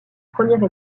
première